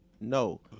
No